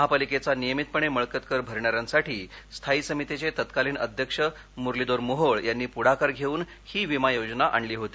महापालिकेचा नियमितपणे मिळकत कर भरणाऱ्यांसाठी स्थायी समितीचे तत्कालीन अध्यक्ष मुरलीधर मोहोळ यांनी पुढाकार घेऊन हा विमा योजना आणली होती